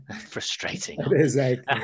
frustrating